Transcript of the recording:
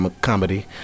comedy